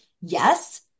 Yes